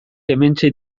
hementxe